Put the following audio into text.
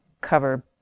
cover